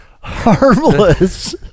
harmless